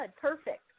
Perfect